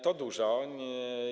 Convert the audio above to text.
To dużo.